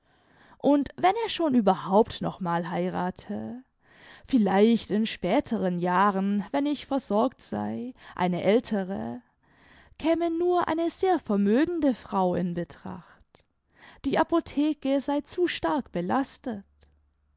und wenn er schon überhaupt noch mal heirate vielleicht in späteren jahren wenn ich versorgt sei eine ältere käme nur eine sehr vermögende frau in betracht die apotheke sei zu stark belastet